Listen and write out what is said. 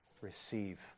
receive